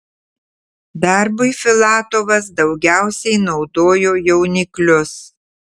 darbui filatovas daugiausiai naudojo jauniklius